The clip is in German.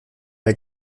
der